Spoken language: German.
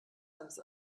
eines